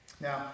Now